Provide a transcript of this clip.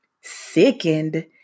sickened